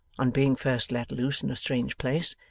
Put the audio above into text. on being first let loose in a strange place,